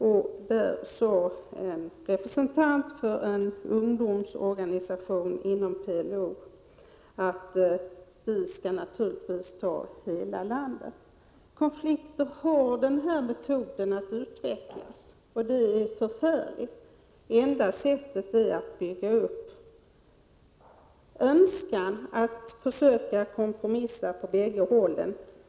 En representant för en ungdomsorganisation inom PLO sade att ”vi skall naturligtvis ta hela landet”. Konflikter har tendens att utvecklas negativt, och det är förfärligt. Det enda sättet är att skapa förutsättningar för kompromisser från bägge hållen.